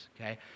okay